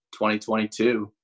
2022